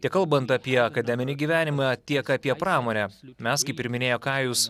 tiek kalbant apie akademinį gyvenimą tiek apie pramonę mes kaip ir minėjo kajus